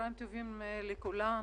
צהריים טובים לכולם.